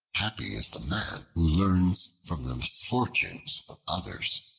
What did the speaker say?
happy is the man who learns from the misfortunes of others.